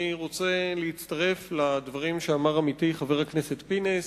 אני רוצה להצטרף לדברים שאמר עמיתי חבר הכנסת פינס,